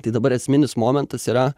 tai dabar esminis momentas yra